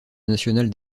nationale